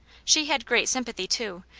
she had great sympathy, too,